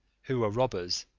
who were robbers,